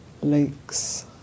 lakes